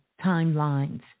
timelines